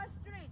street